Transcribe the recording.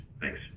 thanks